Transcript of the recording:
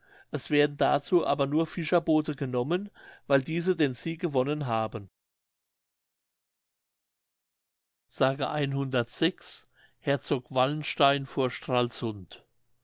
es werden dazu aber nur fischerboote genommen weil diese den sieg gewonnen haben herzog wallenstein vor stralsund